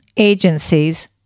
Agencies